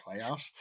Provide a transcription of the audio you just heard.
playoffs